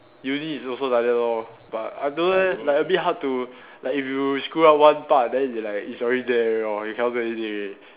uni is also like that lor but I don't know leh like a bit hard to like if you screw up one part then you like it's already there you know you cannot do anything already